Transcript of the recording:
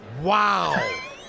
Wow